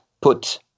put